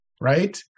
Right